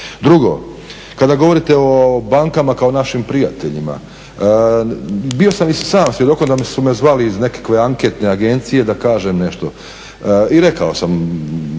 Drugo. Kada govorite o bankama kao našim prijateljima bio sam i sam svjedokom da su me zvali iz nekakve anketne agencije da kažem nešto. I rekao sam